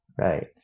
right